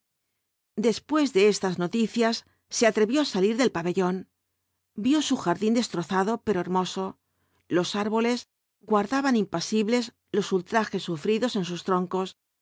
después de estas noticias se atrevió á salir del pabellón vio su jardín destrozado pero hermoso los árboles guardaban impasibles los ultrajes sufridos en sus troncos